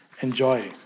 enjoy